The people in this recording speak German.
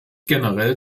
generell